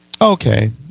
Okay